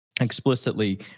explicitly